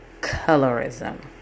colorism